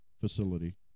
facility